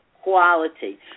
quality